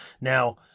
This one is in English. Now